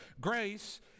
Grace